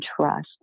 trust